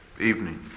evening